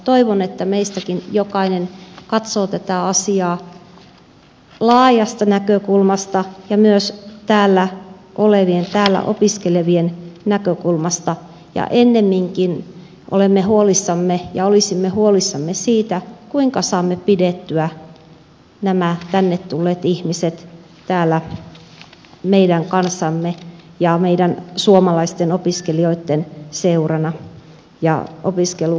toivon että meistäkin jokainen katsoo tätä asiaa laajasta näkökulmasta ja myös täällä olevien täällä opiskelevien näkökulmasta ja ennemminkin olisimme huolissamme siitä kuinka saamme pidettyä nämä tänne tulleet ihmiset täällä meidän kanssamme ja meidän suomalaisten opiskelijoitten seurana ja opiskelukaverina